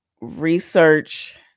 research